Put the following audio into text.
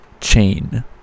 chain